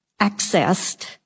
accessed